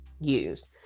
use